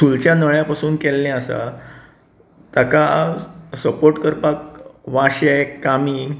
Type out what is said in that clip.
सुलच्या नळ्या पसून केल्ले आसा ताका सपोर्ट करपाक वांशे कांबी